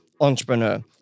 entrepreneur